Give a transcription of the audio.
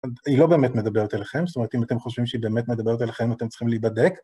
היא לא באמת מדברת אליכם, זאת אומרת אם אתם חושבים שהיא באמת מדברת אליכם, אתם צריכים להיבדק.